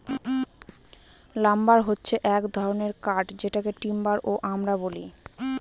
lumber হছে এক ধরনের কাঠ যেটাকে টিম্বার ও আমরা বলি